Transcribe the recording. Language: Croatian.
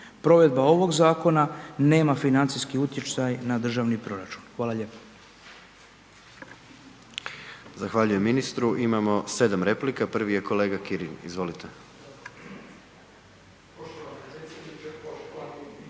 Provedba ovog zakona nema financijski utjecaj na državni proračun. Hvala lijepo.